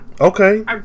Okay